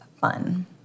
fun